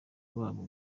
babo